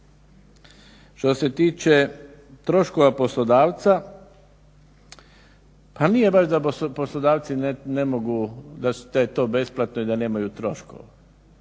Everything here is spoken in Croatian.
Što se tiče troškova poslodavca, a nije baš da poslodavci ne mogu, da je to besplatno i da nemaju troškova.